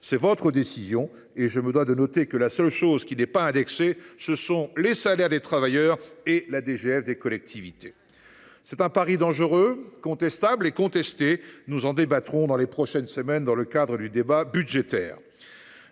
C’est votre décision. Et je me dois de noter que la seule chose qui n’est pas indexée, ce sont les salaires des travailleurs et la DGF des collectivités. C’est un pari dangereux, contestable et contesté. Nous en discuterons ces prochaines semaines, dans le cadre du débat budgétaire.